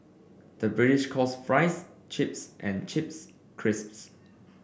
the British calls fries chips and chips crisps